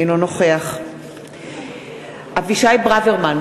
אינו נוכח אבישי ברוורמן,